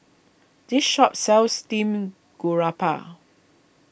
this shop sells Steamed Garoupa